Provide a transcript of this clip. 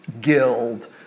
guild